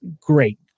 great